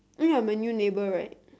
oh ya my new neighbor right